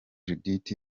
judith